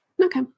Okay